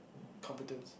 competence